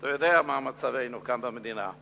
אתה יודע מה מצבנו כאן במדינה.